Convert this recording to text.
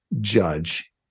judge